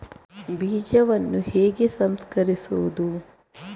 ಬೀಜವನ್ನು ಹೇಗೆ ಸಂಸ್ಕರಿಸುವುದು?